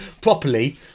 properly